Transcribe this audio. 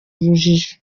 urujijo